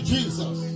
Jesus